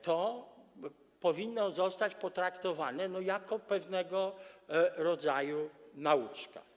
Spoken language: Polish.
To powinno zostać potraktowane jako pewnego rodzaju nauczka.